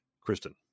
Kristen